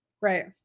Right